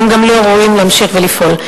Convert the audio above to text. הם גם לא ראויים להמשיך ולפעול.